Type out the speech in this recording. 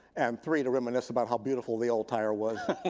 and three to reminisce about how beautiful the old tire was.